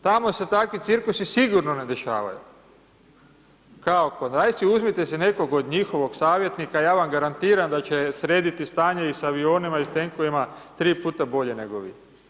Tamo se takvi cirkusi sigurno ne dešavaju, kao kod nas, dajte uzmite si nekog od njihovog savjetnika, ja vam garantiram da će srediti stanje i sa avionima, i sa tenkovima tri puta bolje nego vi.